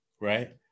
right